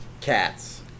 Cats